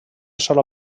sola